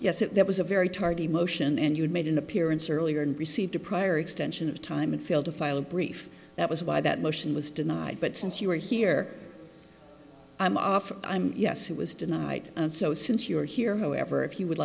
yes that was a very tardy motion and you made an appearance earlier and received a prior extension of time and failed to file a brief that was why that motion was denied but since you were here i'm off i'm yes it was denied and so since you are here however if you would